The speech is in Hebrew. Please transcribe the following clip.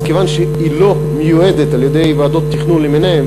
מכיוון שהיא לא מיועדת על-ידי ועדות תכנון למיניהן